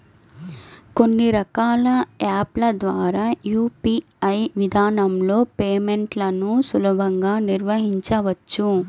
కొన్ని రకాల యాప్ ల ద్వారా యూ.పీ.ఐ విధానంలో పేమెంట్లను సులభంగా నిర్వహించవచ్చు